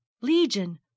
Legion